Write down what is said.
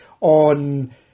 on